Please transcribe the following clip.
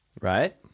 Right